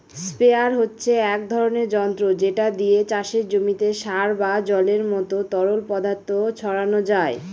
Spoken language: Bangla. স্প্রেয়ার হচ্ছে এক ধরণের যন্ত্র যেটা দিয়ে চাষের জমিতে সার বা জলের মত তরল পদার্থ ছড়ানো যায়